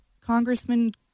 Congressman